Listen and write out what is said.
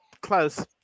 Close